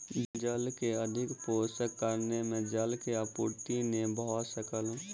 जल के अधिक शोषणक कारणेँ जल आपूर्ति नै भ सकल